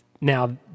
Now